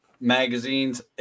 magazines